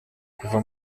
kuva